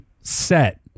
set